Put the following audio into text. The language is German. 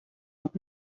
noch